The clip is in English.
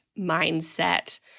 mindset